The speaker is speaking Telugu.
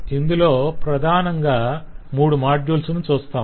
ఇందులో ప్రధానంగా మూడు మాడ్యుల్స్ ను చూస్తాం